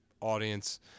audience